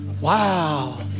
Wow